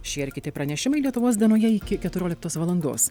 šie ir kiti pranešimai lietuvos dienoje iki keturioliktos valandos